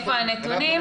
מאיפה הנתונים.